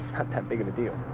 it's not that big of a deal.